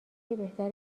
بهتر